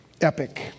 epic